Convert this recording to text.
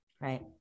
Right